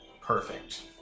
Perfect